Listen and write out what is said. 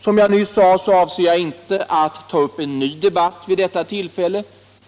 Som jag nyss sade avser jag inte att grundlagsändringar ta upp en ny debatt vid detta tillfälle